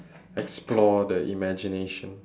explore the imagination